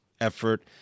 effort